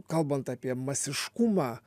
kalbant apie masiškumą